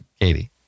Katie